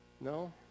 No